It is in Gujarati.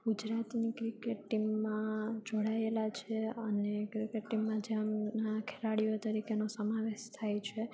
ગુજરાતની ક્રિકેટ ટીમમાં જોડાએલા છે અને ક્રિકેટ ટીમમાં જેમના ખેલાડીઓ તરીકે એનો સમાવેશ થાય છે